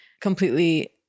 completely